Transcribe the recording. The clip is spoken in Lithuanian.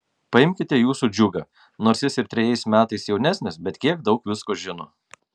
paimkite jūsų džiugą nors jis ir trejais metais jaunesnis bet kiek daug visko žino